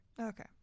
Okay